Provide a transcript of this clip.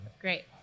Great